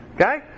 Okay